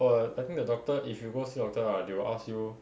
err I think the doctor if you go see doctor lah they will ask you